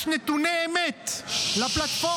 בחוק השידורים יש נתוני אמת לפלטפורמות,